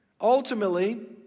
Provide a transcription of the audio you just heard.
ultimately